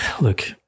look